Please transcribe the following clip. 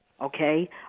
okay